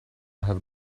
have